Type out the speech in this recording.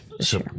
Sure